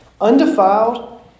undefiled